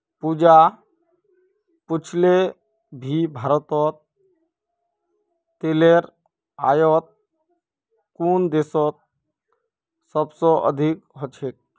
पूजा पूछले कि भारतत तेलेर आयात कुन देशत सबस अधिक ह छेक